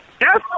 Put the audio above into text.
Yes